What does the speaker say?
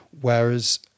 Whereas